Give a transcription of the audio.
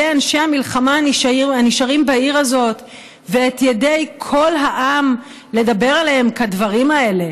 אנשי המלחמה הנשארים בעיר הזאת ואת ידי כל העם לדבר עליהם כדברים האלה